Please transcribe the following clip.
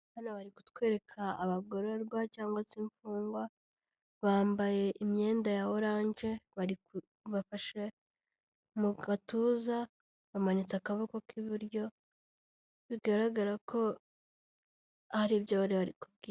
Hano bari kutwereka abagororwa, cyangwa se imfungwa, bambaye imyenda ya oranje, bariku, bafashe mu gatuza, bamanitse akaboko k'iburyo, bigaragara ko hari ibyo bari bari kubwi.